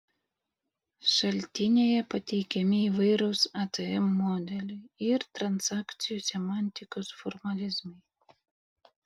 šaltinyje pateikiami įvairūs atm modeliai ir transakcijų semantikos formalizmai